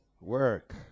work